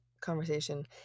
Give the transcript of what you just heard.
conversation